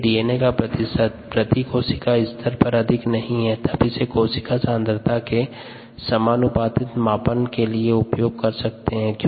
यदि डीएनए का प्रतिशत प्रति कोशिका स्तर पर अधिक नहीं है तब इसे कोशिका सांद्रता के समानुपातिक मापन के लिए प्रयोग कर सकते है